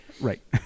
Right